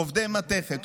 עובדי מתכת,